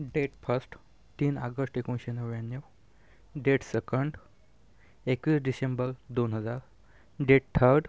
date first तीन August एकोणिसशे नव्याण्णव डेट सेकंट एकवीस डिसेंबल दोन हजार डेट थर्ट